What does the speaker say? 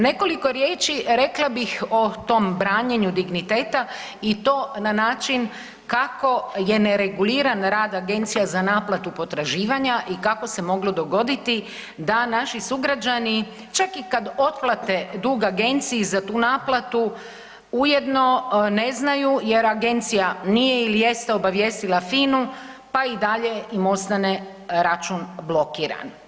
Nekoliko riječi rekla bih o tom branjenju digniteta i to na način kako je nereguliran rad agencija za naplatu potraživanja i kako se moglo dogoditi da naši sugrađani čak i kad otplate dug agenciji za tu naplatu, ujedno ne znaju jer agencija nije ili jeste obavijestila FINA-u, pa i dalje im ostane račun blokiran.